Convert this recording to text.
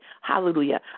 hallelujah